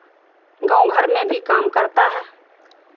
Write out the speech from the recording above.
गाँव घर में भी काम करता है